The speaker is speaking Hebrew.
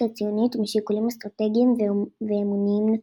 הציונית משיקולים אסטרטגיים ואמוניים-נוצריים.